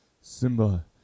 Simba